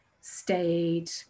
stayed